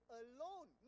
alone